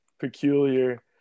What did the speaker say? peculiar